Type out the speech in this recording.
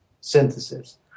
synthesis